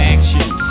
Action